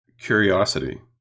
curiosity